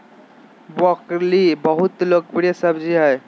broccoli बहुत लोकप्रिय सब्जी हइ